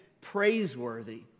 praiseworthy